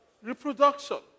Reproduction